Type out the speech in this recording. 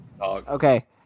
Okay